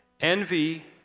Envy